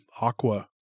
aqua